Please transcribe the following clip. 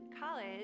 College